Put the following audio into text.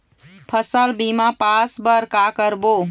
फसल बीमा पास बर का करबो?